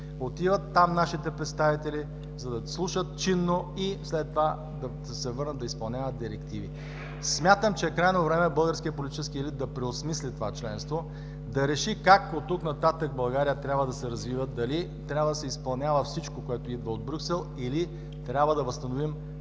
Отиват там нашите представители, за да слушат чинно и след това да се върнат да изпълняват директиви. Смятам, че е крайно време българският политически елит да преосмисли това членство, да реши как от тук нататък България трябва да се развива – дали трябва да се изпълнява всичко, което идва от Брюксел, или трябва да възстановим